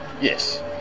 Yes